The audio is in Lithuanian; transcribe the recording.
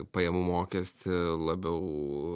pajamų mokestį labiau